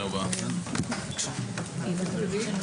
ננעלה בשעה 11:28.